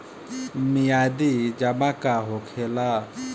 मियादी जमा का होखेला?